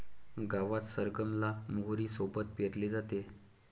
गावात सरगम ला मोहरी सोबत पेरले जाते